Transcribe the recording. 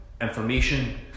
information